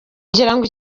ngirango